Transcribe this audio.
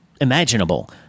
imaginable